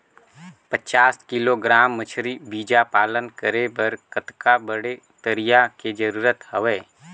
पचास किलोग्राम मछरी बीजा पालन करे बर कतका बड़े तरिया के जरूरत हवय?